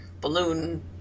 balloon